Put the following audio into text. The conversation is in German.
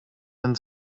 denn